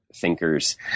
thinkers